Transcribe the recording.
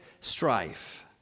strife